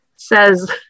says